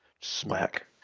smack